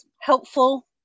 helpful